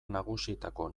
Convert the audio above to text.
nagusietako